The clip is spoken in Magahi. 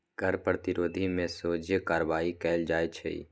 कर प्रतिरोध में सोझे कार्यवाही कएल जाइ छइ